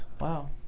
Wow